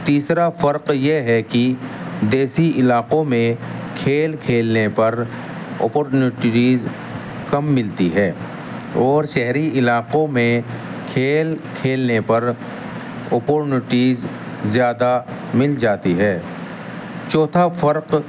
تیسرا فرق یہ ہے کہ دیسی علاقوں میں کھیل کھیلنے پر اپورنوٹریز کم ملتی ہے اور شہری علاقوں میں کھیل کھیلنے پر اپورنیٹیز زیادہ مل جاتی ہے چوتھا فرق